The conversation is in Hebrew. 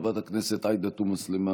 חברת הכנסת עאידה תומא סלימאן,